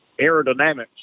aerodynamics